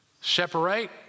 Separate